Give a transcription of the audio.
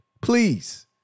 Please